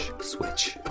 switch